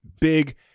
big